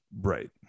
Right